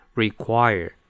require